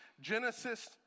Genesis